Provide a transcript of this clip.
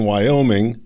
Wyoming